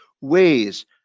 ways